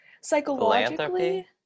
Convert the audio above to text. psychologically